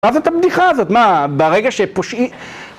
מה זאת הבדיחה הזאת? מה? ברגע שפושעי...